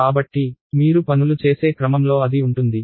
కాబట్టి మీరు పనులు చేసే క్రమంలో అది ఉంటుంది